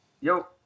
Yo